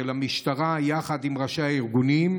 של המשטרה יחד עם ראשי הארגונים,